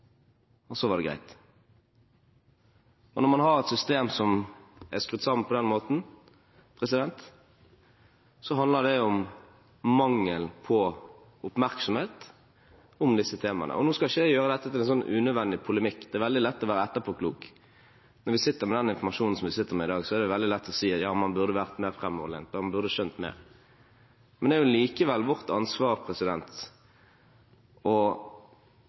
og så var det greit. Når man har et system som er skrudd sammen på den måten, handler det om mangel på oppmerksomhet om disse temaene. Nå skal jeg ikke gjøre dette til unødvendig polemikk, for det er veldig lett å være etterpåklok. Når vi sitter med den informasjonen som vi sitter med i dag, er det veldig lett å si at man burde vært mer fremoverlent, man burde skjønt mer. Men det er likevel vårt ansvar politisk å peke på ansvaret. Ansvaret var hos politisk ledelse fra 2005 og